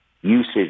Usage